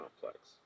complex